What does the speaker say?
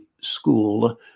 school